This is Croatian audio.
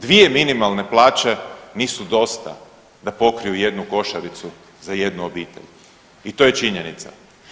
Dvije minimalne plaće nisu dosta da pokriju jednu košaricu za jednu obitelj i to je činjenica.